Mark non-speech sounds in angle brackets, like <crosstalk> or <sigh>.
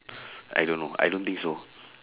<breath> I don't know I don't think so